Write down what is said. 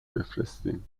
بفرستین